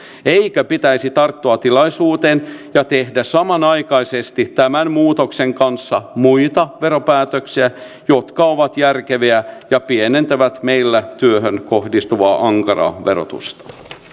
eikö pitäisi tarttua tilaisuuteen ja tehdä samanaikaisesti tämän muutoksen kanssa muita veropäätöksiä jotka ovat järkeviä ja pienentävät meillä työhön kohdistuvaa ankaraa verotusta